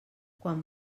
quan